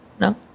No